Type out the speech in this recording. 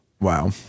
Wow